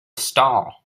stall